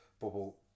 bubble